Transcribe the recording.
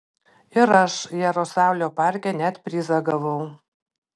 ir aš jaroslavlio parke net prizą gavau